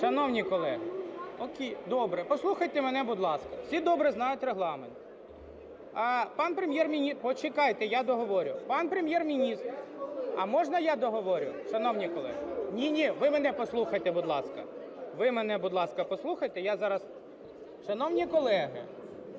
Шановні колеги, послухайте мене, будь ласка. Всі добре знають Регламент. Пан Прем'єр-міністр… Почекайте, я договорю! Пан Прем'єр-міністр… А можна я договорю, шановні колеги? Ні-ні, ви мене послухайте, будь ласка. Ви мене, будь ласка, послухайте, я зараз… Шановні колеги,